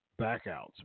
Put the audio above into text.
backouts